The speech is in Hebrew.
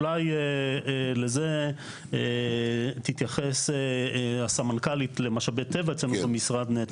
אולי לזה תתייחס הסמנכ"לית למשאבי טבע אצלנו במשרד.